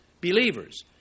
believers